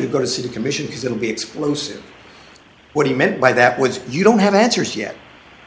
you to go to see the commission because it'll be explosive what he meant by that was you don't have answers yet